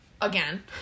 again